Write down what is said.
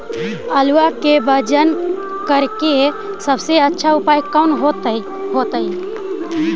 आलुआ के वजन करेके सबसे अच्छा उपाय कौन होतई?